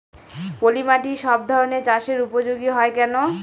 পলিমাটি সব ধরনের চাষের উপযোগী হয় কেন?